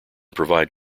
provide